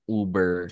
uber